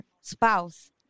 spouse